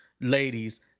ladies